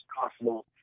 possible